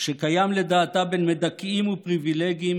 שקיים לדעתה בין מדכאים ופריבילגים,